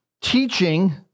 teaching